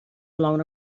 blown